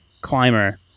climber